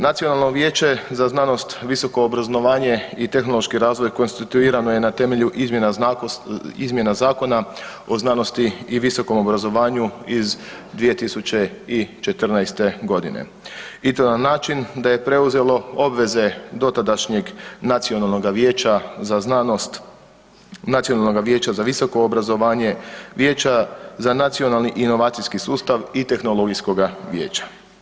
Nacionalno vijeće za znanost, visoko obrazovanje i tehnološki razvoj konstituirano je na temelju izmjena Zakona o znanosti i visokom obrazovanju iz 2014. godine i to na način da je preuzelo obveze dotadašnjeg Nacionalnog vijeća za znanost, Nacionalnoga vijeća za visoko obrazovanje, Vijeće za nacionalni inovacijski sustav i Tehnologijskoga vijeća.